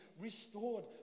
restored